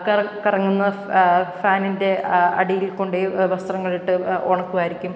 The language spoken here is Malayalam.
കറങ്ങുന്ന ഫ് ഫാനിൻ്റെ അടിയിൽ കൊണ്ട് പോയി വസ്ത്രങ്ങളിട്ട് ഉണക്കുമായിരിക്കും